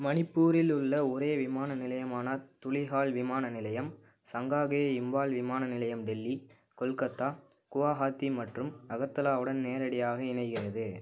மணிப்பூரில் உள்ள ஒரே விமான நிலையமான துலிஹால் விமான நிலையம் சங்காங்கேய் இம்பால் விமான நிலையம் டெல்லி கொல்கத்தா குவஹாத்தி மற்றும் அகர்தலாவுடன் நேரடியாக இணைகிறது